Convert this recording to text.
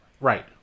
right